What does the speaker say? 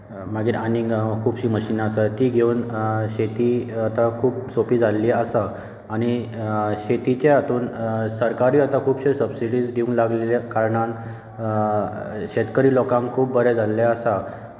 मागीर आनीक खुबशीं मशिनां आसात तीं घेवून शेती आतां खूब सोंपी जाल्ली आसा आनी शेतीचे हातूंत सरकारूय आतां खूब सबसिडिजूय दिवूंक लागिल्ल्या कारणान शेतकरी लोकांक खूब बरें जाल्लें आसा